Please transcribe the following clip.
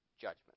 judgment